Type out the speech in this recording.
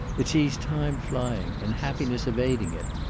it sees time flying and happiness evading it.